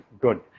good